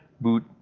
Boot